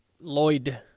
Lloyd